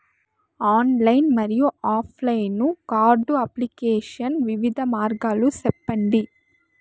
Online మరియు offline card application వివిధ మార్గాలు సెప్పండి?